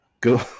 go